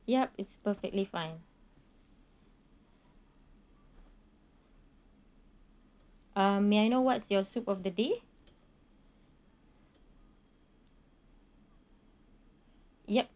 yup it's perfectly fine uh may I know what's your soup of the day yup